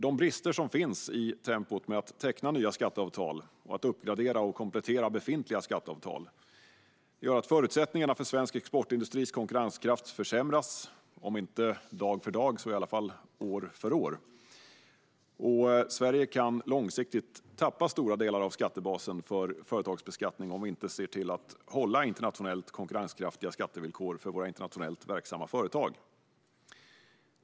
De brister som finns i tempot vad gäller att teckna nya skatteavtal och att uppgradera och komplettera befintliga skatteavtal gör att förutsättningarna för svensk exportindustris konkurrenskraft försämras, om inte dag för dag så i alla fall år för år. Sverige kan långsiktigt tappa stora delar av skattebasen för företagsbeskattning om vi inte har internationellt konkurrenskraftiga skattevillkor för våra internationellt verksamma företag.